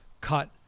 cut